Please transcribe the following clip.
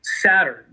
Saturn